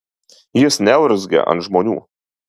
jis neurzgia ant žmonių